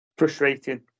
Frustrating